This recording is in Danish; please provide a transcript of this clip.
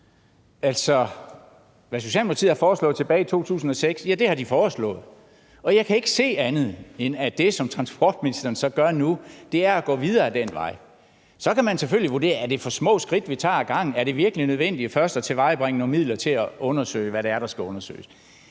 Altså, hvad Socialdemokratiet har foreslået tilbage i 2006, ja, det har de foreslået. Og jeg kan ikke se andet, end at det, som transportministeren så gør nu, er at gå videre ad den vej. Så kan man selvfølgelig vurdere: Er det for små skridt, vi tager ad gangen? Er det virkelig nødvendigt først at tilvejebringe nogle midler til at undersøge, hvad det er, der skal undersøges?